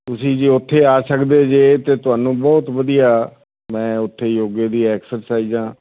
ਤੁਸੀਂ ਜੀ ਉੱਥੇ ਆ ਸਕਦੇ ਜੇ ਤਾਂ ਤੁਹਾਨੂੰ ਬਹੁਤ ਵਧੀਆ ਮੈਂ ਉੱਥੇ ਯੋਗੇ ਦੀਆਂ ਐਕਸਰਸਾਈਜ਼ਾਂ